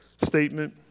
statement